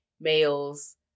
males